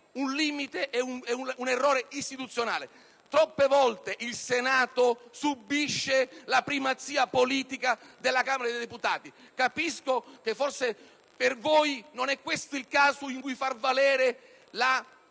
un limite ed un errore istituzionale. Troppe volte il Senato subisce la primazia politica della Camera dei deputati. Capisco che forse per voi non è questo il caso in cui far valere il